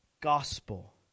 gospel